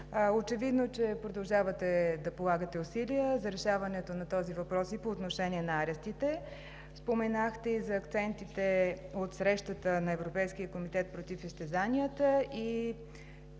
Очевидно е, че продължавате да полагате усилия за решаването на този въпрос и по отношение на арестите. Споменахте и за акцентите от срещата на Европейския комитет против изтезанията и